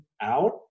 out